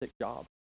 job